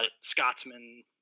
Scotsman